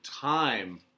time